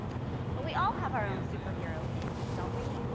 but we all have our own superhero capes, don't we?